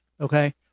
Okay